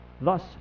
Thus